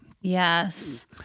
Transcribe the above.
Yes